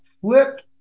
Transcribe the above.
flipped